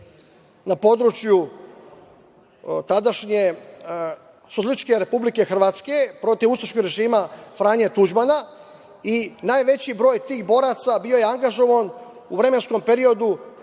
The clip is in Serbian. na području tadašnje Socijalističke republike Hrvatske protiv ustaškog režima Franje Tuđmana, i najveći broj tih boraca bio je angažovan u vremenskom periodu